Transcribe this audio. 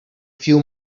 few